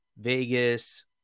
Vegas